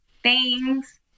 Thanks